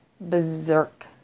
berserk